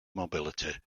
mobility